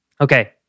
okay